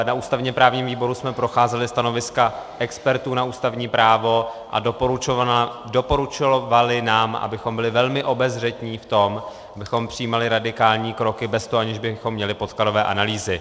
Na ústavněprávním výboru jsme procházeli stanoviska expertů na ústavní právo a doporučovali nám, abychom byli velmi obezřetní v tom, abychom přijímali radikální kroky bez toho, aniž bychom měli podkladové analýzy.